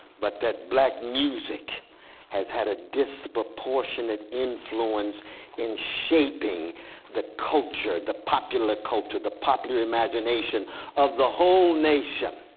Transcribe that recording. but that black music has had a disproportionate influence in shaping the culture, the popular culture, the popular imagination of the whole nation.